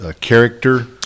character